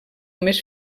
més